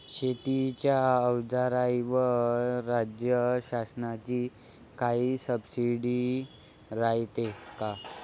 शेतीच्या अवजाराईवर राज्य शासनाची काई सबसीडी रायते का?